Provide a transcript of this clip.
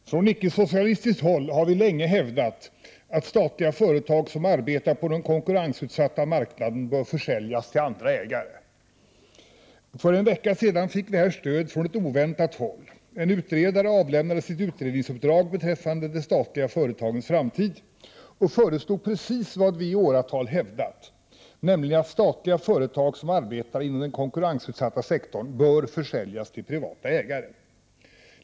Herr talman! Från icke-socialistiskt håll har vi länge hävdat att statliga företag som arbetar på den konkurrensutsatta marknaden bör försäljas till andra ägare. För en vecka sedan fick vi här stöd från ett oväntat håll. En utredare avlämnade sitt utredningsuppdrag beträffande de statliga företagens framtid och föreslog precis vad vi i åratal har hävdat, nämligen att statliga företag som arbetar inom den konkurrensutsatta sektorn bör försäljas till privata ägare.